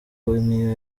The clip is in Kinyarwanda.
niyo